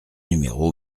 numéro